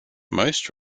most